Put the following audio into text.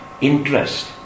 interest